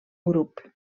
grup